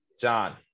John